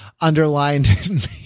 underlined